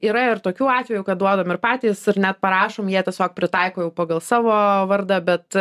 yra ir tokių atvejų kad duodam ir patys ir net parašom jie tiesiog pritaiko jau pagal savo vardą bet